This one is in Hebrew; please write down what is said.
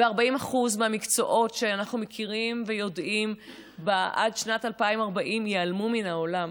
40% מהמקצועות שאנחנו מכירים ויודעים עד שנת 2040 ייעלמו מן העולם,